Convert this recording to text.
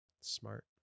Smart